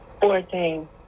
Fourteen